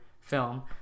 film